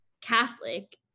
Catholic